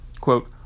quote